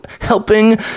helping